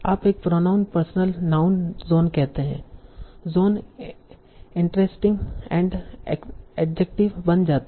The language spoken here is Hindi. आप एक प्रोनाउन पर्सनल नाउन जॉन कहते हैं जॉन इंटरेस्टिंग एक एडजेक्टिव बन जाता है